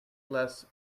last